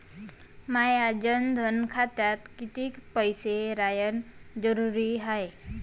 माया जनधन खात्यात कितीक पैसे रायन जरुरी हाय?